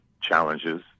challenges